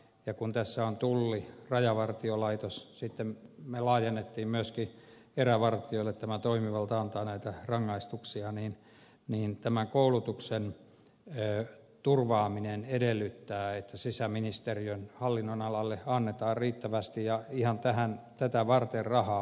ja kun tässä on tulli ja rajavartiolaitos ja sitten me laajensimme myöskin erävartijoille tämä toimivalta antaa näitä rangaistuksia niin tämän koulutuksen turvaaminen edellyttää että sisäasiainministeriön hallinnonalalle annetaan riittävästi ja ihan tätä varten rahaa